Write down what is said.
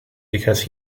because